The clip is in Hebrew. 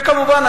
כמובן,